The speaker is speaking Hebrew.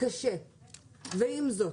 קשה ועם זאת,